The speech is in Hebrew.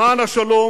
למען השלום,